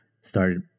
started